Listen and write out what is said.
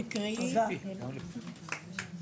אני חושבת שאת בעצמך לא פחות פה בכנסת מפיסת היסטוריה